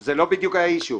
זה לא בדיוק הנושא.